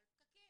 על פקקים.